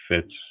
fits